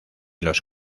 los